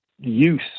use